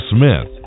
Smith